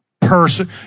person